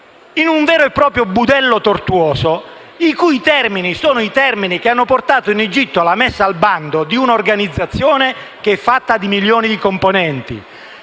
in un vero e proprio budello tortuoso i cui termini hanno portato in Egitto la messa al bando di un'organizzazione fatta di milioni di componenti.